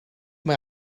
mae